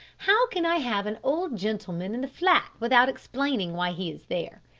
how can i have an old gentleman in the flat without explaining why he is there?